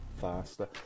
faster